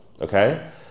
okay